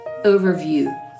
overview